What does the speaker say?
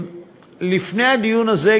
לפני הדיון הזה,